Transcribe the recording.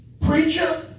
preacher